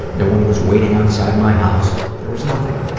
no one was waiting outside my house. there was nothing.